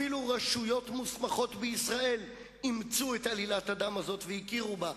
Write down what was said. אפילו רשויות מוסמכות בישראל אימצו את עלילת הדם הזאת והכירו בה.